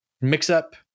mix-up